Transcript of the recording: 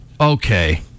okay